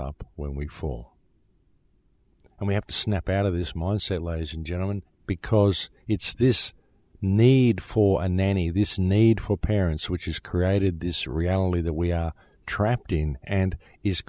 up when we fall and we have to snap out of his mindset ladies and gentlemen because it's this need for a nanny this need for parents which is created this reality that we are trapped in and is